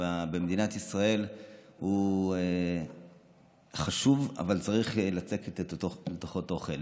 במדינת ישראל הוא חשוב, אבל צריך לצקת לתוכו תוכן.